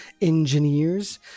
engineers